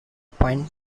point